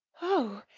oh,